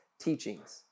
teachings